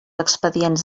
expedients